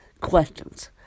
questions